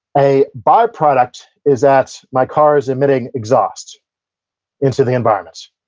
a byproduct is that my car is omitting exhaust into the environment.